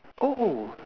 oh